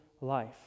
life